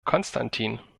konstantin